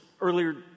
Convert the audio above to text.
earlier